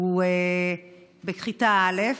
שהוא בכיתה א',